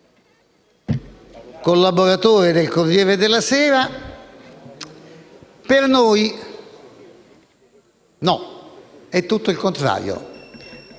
collaboratore del «Corriere della sera», per noi è tutto il contrario.